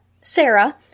Sarah